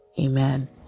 amen